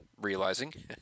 realizing